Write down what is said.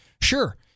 Sure